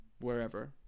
wherever